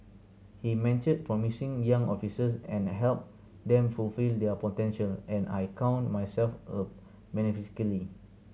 he mentored promising young officers and helped them fulfil their potential and I count myself a